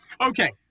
Okay